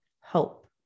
hope